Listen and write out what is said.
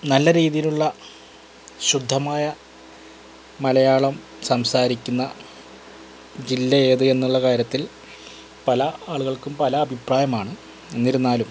നല്ല രീതിയിലുള്ള ശുദ്ധമായ മലയാളം സംസാരിക്കുന്ന ജില്ലയേത് എന്നുള്ള കാര്യത്തിൽ പല ആളുകൾക്കും പല അഭിപ്രായമാണ് എന്നിരുന്നാലും